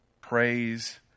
praise